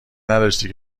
نداشته